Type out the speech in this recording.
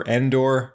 Endor